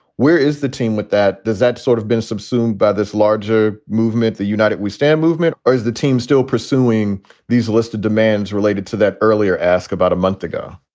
where is the team with that? does that sort of been subsumed by this larger movement that united we stand movement, or is the team still pursuing these list of demands related to that earlier ask about a month ago?